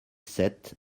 sept